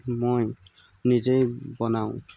মই নিজেই বনাওঁ